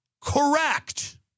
Correct